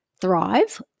thrive